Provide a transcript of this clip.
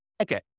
Okay